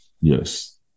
Yes